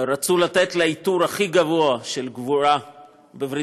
רצו לתת לה את העיטור הכי גבוה של גבורה בברית-המועצות,